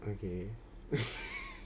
okay